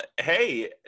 hey